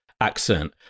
accent